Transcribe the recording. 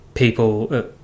People